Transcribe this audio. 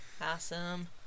Awesome